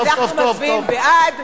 בעד, בעד.